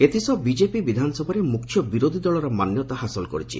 ଏଥିସହ ବିଜେପି ବିଧାନସଭାରେ ମୁଖ୍ୟ ବିରୋଧୀଦଳର ମାନ୍ୟତା ହାସଲ କରିଛି